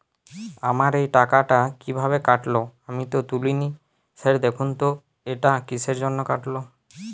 আমার এই টাকাটা কীভাবে কাটল আমি তো তুলিনি স্যার দেখুন তো এটা কিসের জন্য কাটল?